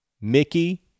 Mickey